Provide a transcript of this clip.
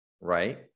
right